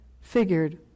figured